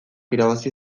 irabazi